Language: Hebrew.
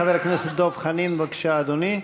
חבר הכנסת דב חנין, בבקשה, אדוני.